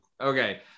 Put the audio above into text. Okay